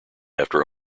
after